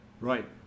Right